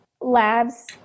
labs